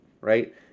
right